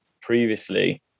previously